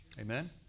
Amen